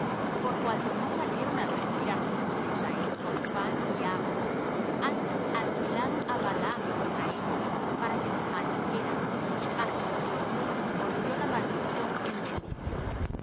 por cuanto no salieron á recibir á los hijos de israel con pan y agua antes alquilaron á balaam contra ellos para que los maldijera mas nuestro dios volvió la maldición en bendición